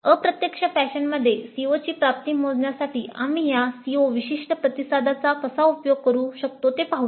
अप्रत्यक्ष फॅशनमध्ये COची प्राप्ती मोजण्यासाठी आम्ही या CO विशिष्ट प्रतिसादांचा कसा उपयोग करू शकतो ते पाहूया